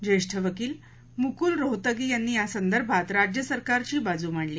ज्येष्ठ वकील मुक्ल रोहतगी यांनी यासंदर्भात राज्य सरकारची बाजू मांडली